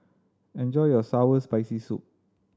enjoy your sour Spicy Soup